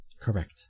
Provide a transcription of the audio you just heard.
Correct